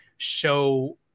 show